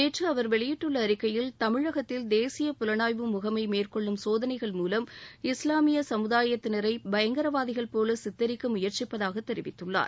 நேற்றுஅவர் வெளியிட்டுள்ளஅறிக்கையில் தமிழகத்தில் தேசிய புலனாய்வு முகமைமேற்கொள்ளும் சோதனைகள் இஸ்லாமியசமுதாயத்தினரைபயங்கரவாதிகள் மூலம் போலசித்தரிக்கமுயற்சிப்பதாகதெரிவித்துள்ளார்